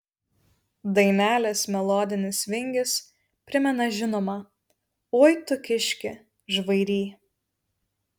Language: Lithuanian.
dainelės melodinis vingis primena žinomą oi tu kiški žvairy